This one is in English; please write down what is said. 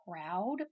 proud